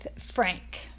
Frank